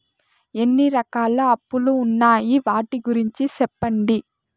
ఎన్ని రకాల అప్పులు ఉన్నాయి? వాటి గురించి సెప్పండి?